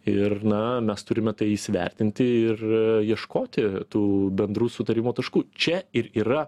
ir na mes turime tai įsivertinti ir ieškoti tų bendrų sutarimo taškų čia ir yra